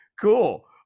Cool